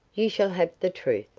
you shall have the truth,